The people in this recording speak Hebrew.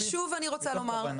ושוב אני רוצה לומר,